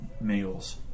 meals